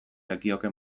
lekioke